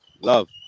love